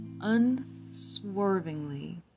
unswervingly